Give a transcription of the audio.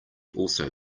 also